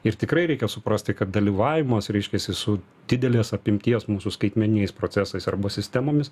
ir tikrai reikia suprasti kad dalyvavimas reiškiasi su didelės apimties mūsų skaitmeniniais procesais arba sistemomis